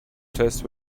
test